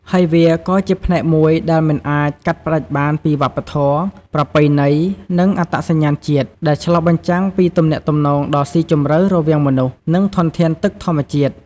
ហើយវាក៏ជាផ្នែកមួយដែលមិនអាចកាត់ផ្ដាច់បានពីវប្បធម៌ ប្រពៃណី និងអត្តសញ្ញាណជាតិ ដែលឆ្លុះបញ្ចាំងពីទំនាក់ទំនងដ៏ស៊ីជម្រៅរវាងមនុស្ស និងធនធានទឹកធម្មជាតិ។